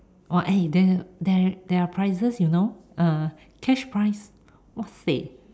!wah! eh there there there are prizes you know ah cash prizes !wahseh!